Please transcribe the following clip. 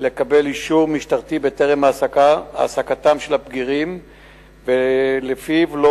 לקבל טרם העסקתם של הבגירים אישור משטרתי שלפיו הם לא